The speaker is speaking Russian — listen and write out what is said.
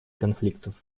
конфликтов